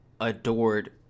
adored